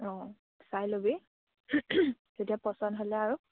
অঁ চাই ল'বি তেতিয়া পচন্দ হ'লে আৰু